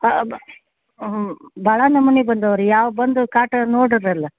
ಹಾಂ ಬ ಹ್ಞೂ ಭಾಳ ನಮೂನಿ ಬಂದವೆ ರೀ ಯಾವ ಬಂದು ಕಾಟ ನೋಡೋದಲ್ಲ